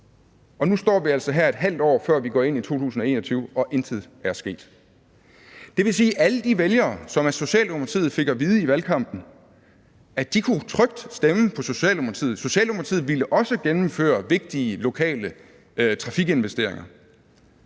nu står vi altså her, et halvt år før vi går ind i 2021, og intet er sket. Det vil sige, at alle de vælgere, som af Socialdemokratiet i valgkampen fik at vide, at de trygt kunne stemme på Socialdemokratiet, for Socialdemokratiet ville også gennemføre vigtige lokale trafikinvesteringer,